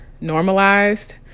normalized